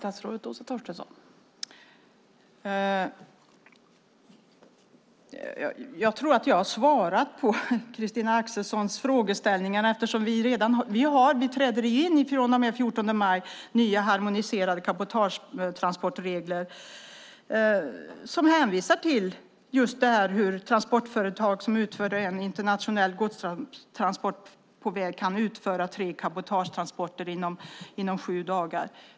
Fru talman! Jag har svarat på Christina Axelssons frågor. Den 14 maj trädde nya harmoniserade cabotagetransportregler in. De hänvisar till hur transportföretag som utför internationell godstransport på väg kan utföra tre cabotagetransporter inom sju dagar.